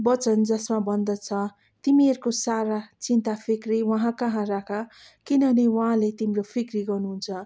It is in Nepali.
वचन जसमा भन्दछ तिमीहरूको सारा चिन्ता फिक्री उहाँकहाँ राख किनभने उहाँले तिम्रो फिक्री गर्नुहुन्छ